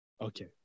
Okay